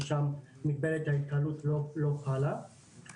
ששם מגבלת ההתקהלות לא חלה,